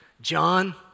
John